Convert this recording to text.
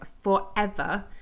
forever